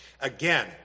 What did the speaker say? Again